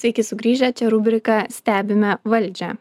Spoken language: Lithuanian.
sveiki sugrįžę čia rubrika stebime valdžią